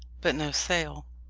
but no sail